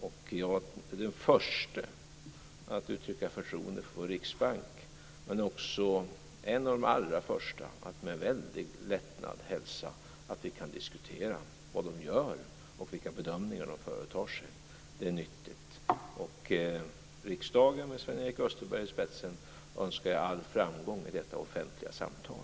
Jag är den förste att uttrycka förtroende för vår riksbank men också en av de alla första att med väldig lättnad hälsa att vi kan diskutera vad den gör och vilka bedömningar den företar sig. Det är nyttigt. Jag önskar riksdagen med Sven-Erik Österberg i spetsen all framgång i detta offentliga samtal.